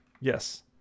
Yes